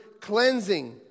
cleansing